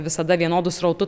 visada vienodu srautu